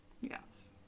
Yes